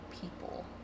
people